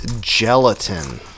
gelatin